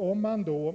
Om man då